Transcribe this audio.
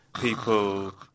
people